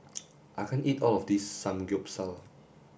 I can't eat all of this Samgyeopsal